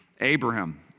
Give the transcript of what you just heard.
Abraham